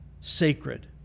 sacred